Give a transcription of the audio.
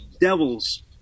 devils